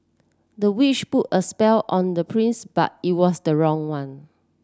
the witch put a spell on the prince but it was the wrong one